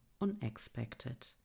unexpected